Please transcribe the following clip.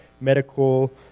medical